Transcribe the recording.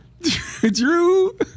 Drew